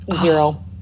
Zero